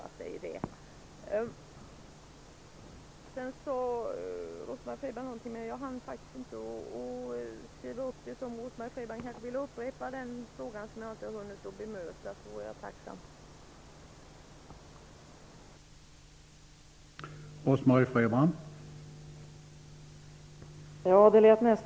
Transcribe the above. Rose Marie Frebran kanske vill upprepa frågan. I så fall vore jag tacksam.